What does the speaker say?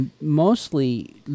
mostly